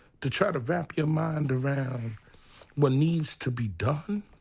to try to wrap your mind around what needs to be done,